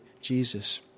Jesus